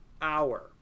hour